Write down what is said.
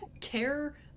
Care